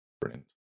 Brilliant